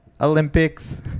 Olympics